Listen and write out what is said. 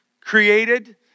created